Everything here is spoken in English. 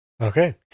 Okay